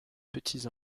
petits